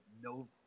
no